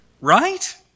right